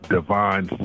Divine